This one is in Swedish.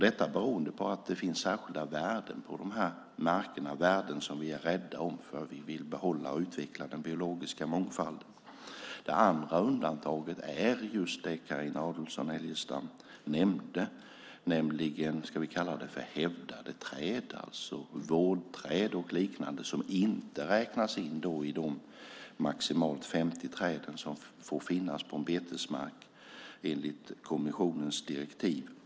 Det beror på att det finns särskilda värden på dessa marker. Det är värden som vi är rädda om för att vi vill behålla och utveckla den biologiska mångfalden. Det andra undantaget gäller just det Carina Adolfsson Elgestam nämnde, nämligen det vi kan kalla hävdade träd, alltså vårdträd och liknande som inte räknas in i de maximalt 50 träd som får finnas på en betesmark enligt kommissionens direktiv.